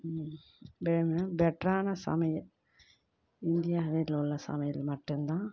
பெட்ரான சமையல் இந்தியாவில் உள்ள சமையல் மட்டும்தான்